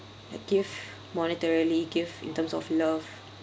like give monetarily give in terms of love